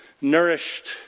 nourished